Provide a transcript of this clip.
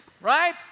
Right